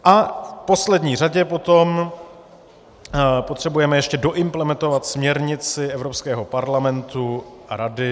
A v poslední řadě potom potřebujeme ještě doimplementovat směrnici Evropského parlamentu a Rady 2017/541